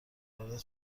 وارد